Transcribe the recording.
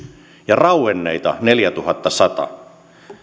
ja rauenneita neljätuhattasata